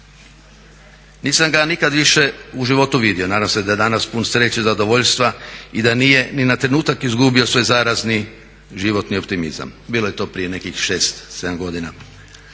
Nisam ga ja nikad više u životu vidio, nadam se da je danas pun sreće i zadovoljstva i da nije ni na trenutak izgubio svoj zarazni životni optimizam. Bilo je to prije nekih 6, 7 godina.